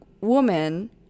woman